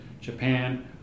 Japan